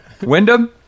Wyndham